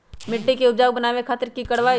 मिट्टी के उपजाऊ बनावे खातिर की करवाई?